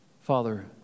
Father